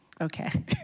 Okay